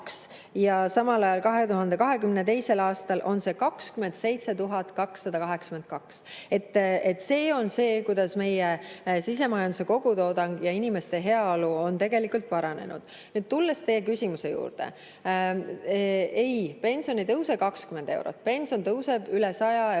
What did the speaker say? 3682 ja 2022. aastal on see 27 282 [eurot]. See näitab seda, kuidas meie sisemajanduse kogutoodang ja inimeste heaolu on tegelikult paranenud. Tulles teie küsimuse juurde: ei, pension ei tõuse 20 eurot, pension tõuseb üle 100 euro.